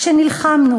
כשנלחמנו,